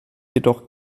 jedoch